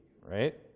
right